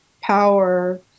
power